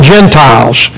Gentiles